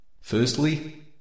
Firstly